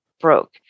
broke